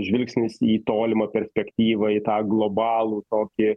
žvilgsnis į tolimą perspektyvą į tą globalų tokį